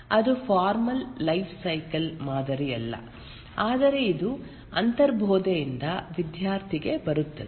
ಅದು formal life cycle ಮಾದರಿಯಲ್ಲ ಆದರೆ ಇದು ಅಂತರ್ಬೋಧೆಯಿಂದ ವಿದ್ಯಾರ್ಥಿಗೆ ಬರುತ್ತದೆ